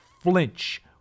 flinch